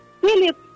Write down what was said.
Philip